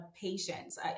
patience